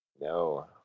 no